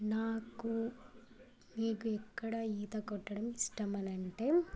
నాకు నీకు ఎక్కడ ఈత కొట్టడం ఇష్టం అని అంటే